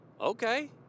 Okay